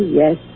yes